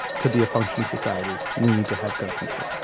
to be a functioning society, we need to have gun control.